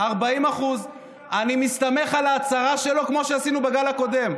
40% אני מסתמך על ההצהרה שלו כמו שעשינו בגל הקודם.